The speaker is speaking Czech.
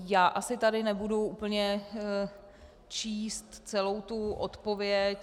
Já asi tady nebudu úplně číst celou tu odpověď...